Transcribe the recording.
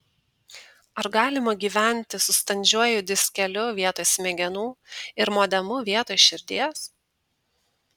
ar galima gyventi su standžiuoju diskeliu vietoj smegenų ir modemu vietoj širdies